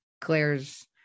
Claire's